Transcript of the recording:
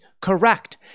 correct